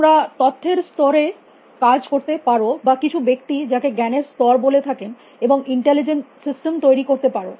তোমরা তথ্যের স্তরে কাজ করতে পারো বা কিছু ব্যক্তি যাকে জ্ঞানের স্তর বলে থাকেন এবং ইন্টেলিজেন্ট সিস্টেম তৈরী করতে পারো